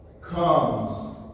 comes